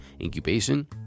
incubation